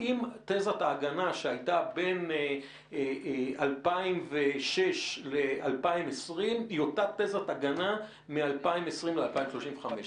האם תזת ההגנה שהייתה בין 2006 ל-2020 היא אותה תזת הגנה מ-2020 ל-2035?